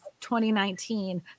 2019